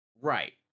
Right